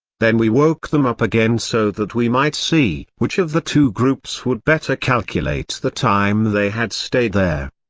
then we woke them up again so that we might see which of the two groups would better calculate the time they had stayed there.